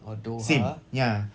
same ya